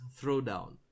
throwdown